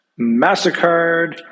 Mastercard